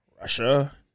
Russia